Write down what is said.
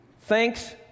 thanks